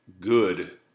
good